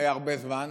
הרבה זמן.